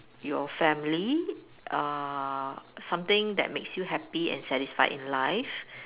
your family uh something that makes you happy and satisfied in life